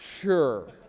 sure